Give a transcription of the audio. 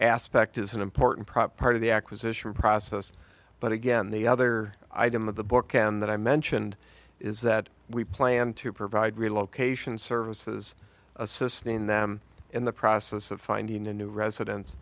aspect is an important prop part of the acquisition process but again the other item of the book and that i mentioned is that we plan to provide relocation services assisting them in the process of finding a new residence